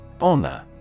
Honor